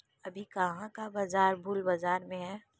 अभी कहाँ का बाजार बुल बाजार में है?